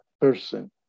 person